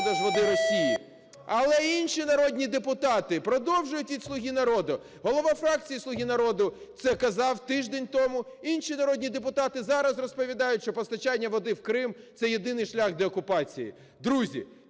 Але інші народні депутати продовжують, від "Слуги народу", голова фракції "Слуги народу" це казав тиждень тому. Інші народні депутати зараз розповідають, що постачання води в Крим – це єдиний шлях для окупації. Друзі,